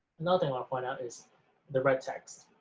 another thing i'll point out is the red text,